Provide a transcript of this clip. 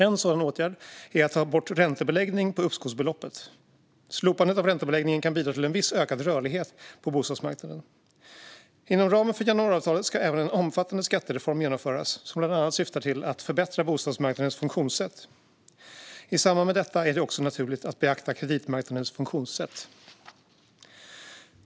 En sådan åtgärd är att ta bort räntebeläggning på uppskovsbeloppet. Slopandet av räntebeläggningen kan bidra till en viss ökad rörlighet på bostadsmarknaden. Inom ramen för januariavtalet ska även en omfattande skattereform genomföras som bland annat syftar till att förbättra bostadsmarknadens funktionssätt. I samband med detta är det naturligt att också beakta kreditmarknadens funktionssätt.